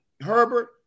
Herbert